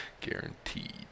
Guaranteed